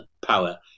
power